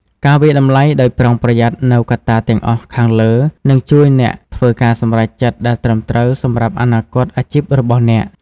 ការវាយតម្លៃដោយប្រុងប្រយ័ត្ននូវកត្តាទាំងអស់ខាងលើនឹងជួយអ្នកធ្វើការសម្រេចចិត្តដែលត្រឹមត្រូវសម្រាប់អនាគតអាជីពរបស់អ្នក។